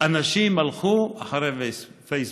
אנשים הלכו אחרי פייסבוק.